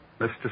Mr